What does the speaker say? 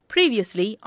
Previously